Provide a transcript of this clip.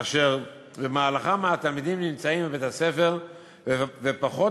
אשר במהלכה התלמידים נמצאים בבית-הספר ופחות